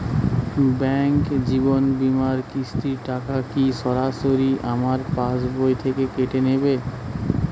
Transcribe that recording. Bank জীবন বিমার কিস্তির টাকা কি সরাসরি আমার পাশ বই থেকে কেটে নিবে?